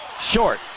short